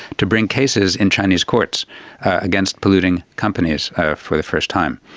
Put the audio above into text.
to bring cases in chinese courts against polluting companies for the first time.